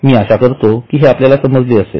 मी आशा करतो कि हे आपल्याला समजले आहे